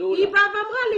היא באה ואמרה לי